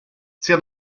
sia